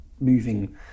moving